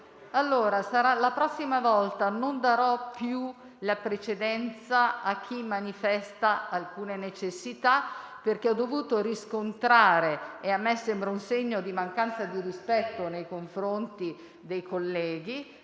La prossima volta non darò più la precedenza a chi manifesta alcune necessità, perché ho dovuto riscontrare - e mi sembra un segno di mancanza di rispetto nei confronti dei colleghi